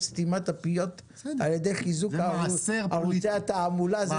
סתימת הפיות על ידי חיזוק ערוצי התעמולה.